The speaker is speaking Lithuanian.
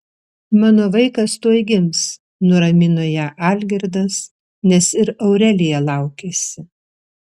mano vaikas tuoj gims nuramino ją algirdas nes ir aurelija laukėsi